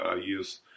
use